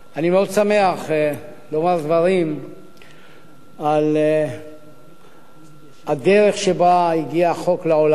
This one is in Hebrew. אני מאוד שמח לומר דברים על הדרך שבה הגיע החוק לעולם,